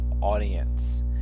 audience